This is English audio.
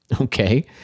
okay